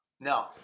No